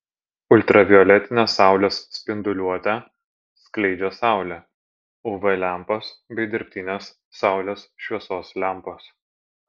ultravioletinę saulės spinduliuotę skleidžia saulė uv lempos bei dirbtinės saulės šviesos lempos